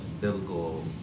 biblical